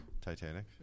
Titanic